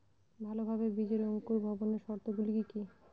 ভালোভাবে বীজের অঙ্কুর ভবনের শর্ত গুলি কি কি?